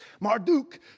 Marduk